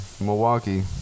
Milwaukee